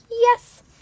yes